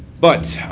but,